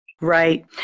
Right